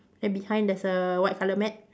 and behind there's a white colour mat